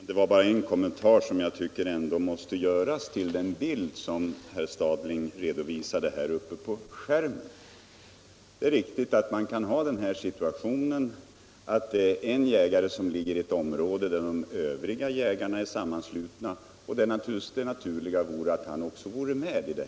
Herr talman! Jag vill bara göra en kommentar, som jag tycker måste göras till den bild som herr Stadling redovisade på TV-skärmen. Det är riktigt att den situationen kan föreligga att det finns en jägare som har sin mark i ett område där övriga jägare är sammanslutna i ett jaktvårdsområde, medan han inte är med.